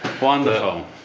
Wonderful